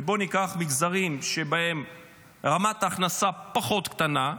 ובוא ניקח מגזרים שבהם רמת ההכנסה פחות, קטנה,